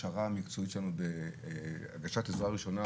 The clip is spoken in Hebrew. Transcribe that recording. ההכשרה המקצועית שלנו בהגשת עזרה ראשונה,